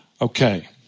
Okay